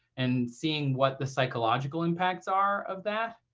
and seeing what the psychological impacts are of that.